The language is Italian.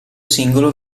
singolo